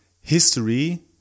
history